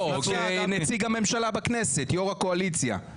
נציג הממשלה בכנסת, יושב-ראש הקואליציה.